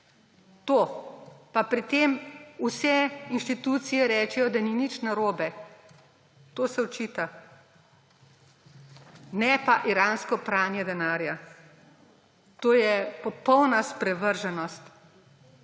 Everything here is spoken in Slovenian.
To pa pri tem vse inštitucije rečejo, da ni nič narobe. To se očita, ne pa iranskega pranja denarja. To je popolna sprevrženost.